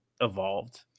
evolved